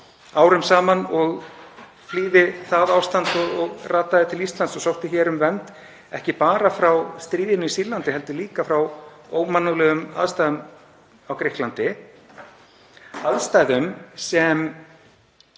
árum saman, flúði það ástand og rataði til Íslands og sótti um vernd, ekki bara frá stríðinu í Sýrlandi heldur líka frá ómannúðlegum aðstæðum á Grikklandi, aðstæðum sem